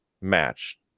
match